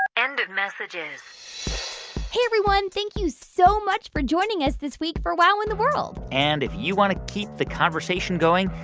end of messages hey, everyone, think you so much for joining us this week for wow in the world and if you want to keep the conversation going,